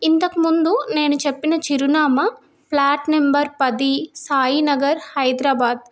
ఇంతకుముందు నేను చెప్పిన చిరునామా ప్లాట్ నెంబర్ పది సాయినగర్ హైదరాబాద్